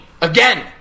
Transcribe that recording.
again